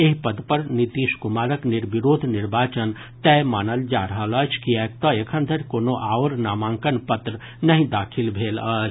एहि पद पर नीतीश कुमारक निर्विरोध निर्वाचन तय मानल जा रहल अछि किएक तऽ एखन धरि कोनो आओर नामांकन पत्र नहि दाखिल भेल अछि